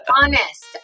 honest